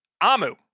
Amu